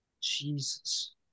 Jesus